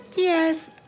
Yes